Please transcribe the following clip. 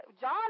John